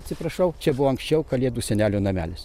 atsiprašau čia buvo anksčiau kalėdų senelio namelis